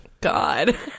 God